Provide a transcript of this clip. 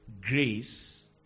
grace